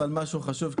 משהו חשוב.